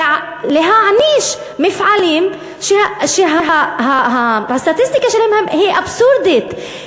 ולהעניש מפעלים שהסטטיסטיקה שלהם היא אבסורדית,